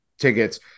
tickets